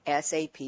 SAP